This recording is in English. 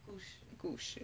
故事